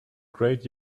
great